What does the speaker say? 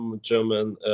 German